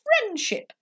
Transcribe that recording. friendship